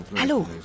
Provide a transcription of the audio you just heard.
hallo